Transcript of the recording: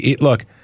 Look